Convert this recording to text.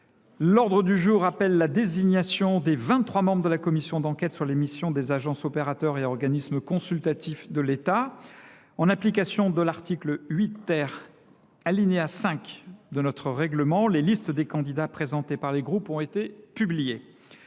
L’ordre du jour appelle la désignation des vingt trois membres de la commission d’enquête sur les missions des agences, opérateurs et organismes consultatifs de l’État. En application de l’article 8, alinéa 5 de notre règlement, les listes des candidats présentés par les groupes ont été publiées.